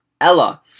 Ella